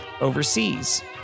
overseas